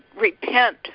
repent